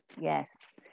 yes